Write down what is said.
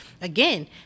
again